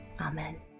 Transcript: Amen